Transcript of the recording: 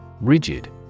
Rigid